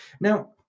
Now